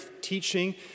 teaching